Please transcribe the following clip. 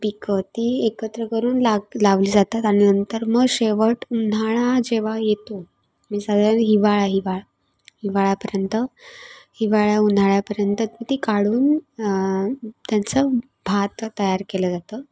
पिकं ती एकत्र करून लाग लावली जातात आणि नंतर मग शेवट उन्हाळा जेव्हा येतो म्हणजे साधारण हिवाळा हिवाळा हिवाळ्यापर्यंत हिवाळ्या उन्हाळ्यापर्यंत ती काढून त्यांचं भात तयार केलं जातं